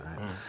right